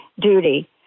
duty